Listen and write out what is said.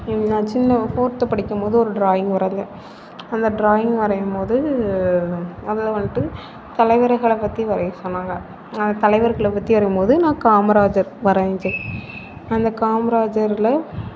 நான் சின்ன ஃபோர்த்து படிக்கும் போது ஒரு டிராயிங் வரைஞ்சேன் அந்த டிராயிங் வரையும் போது அதில் வந்துட்டு தலைவர்களை பற்றி வரைய சொன்னாங்க தலைவர்களை பற்றி வரையும் போது நான் காமராஜர் வரைஞ்சேன் அந்த காமராஜரில்